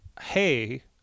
Hey